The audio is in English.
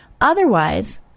Otherwise